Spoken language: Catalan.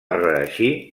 reeixir